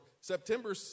September